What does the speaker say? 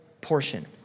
portion